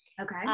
Okay